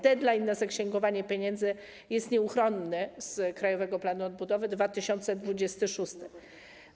Deadline na zaksięgowanie pieniędzy jest nieuchronny z Krajowego Planu Odbudowy - 2026 r.